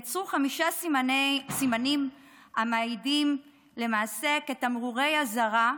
יצרו חמישה סימנים שמעידים למעשה כתמרורי אזהרה,